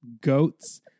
goats